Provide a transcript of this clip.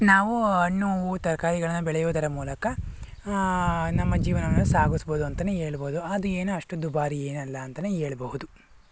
ನಾವು ಹಣ್ಣು ಹೂವು ತರ್ಕಾರಿಗಳನ್ನು ಬೆಳೆಯುವುದರ ಮೂಲಕ ನಮ್ಮ ಜೀವನವನ್ನು ಸಾಗಿಸ್ಬೌದು ಅಂತನೇ ಹೇಳ್ಬೋದು ಅದು ಏನೂ ಅಷ್ಟು ದುಬಾರಿ ಏನಲ್ಲ ಅಂತನೇ ಹೇಳ್ಬಹುದು